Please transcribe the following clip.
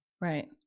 Right